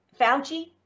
Fauci